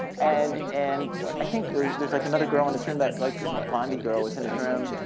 and and i think there's like another girl in his room, that like blondie girl was in his room.